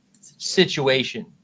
situation